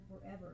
forever